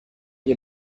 ihr